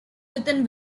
within